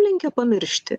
linkę pamiršti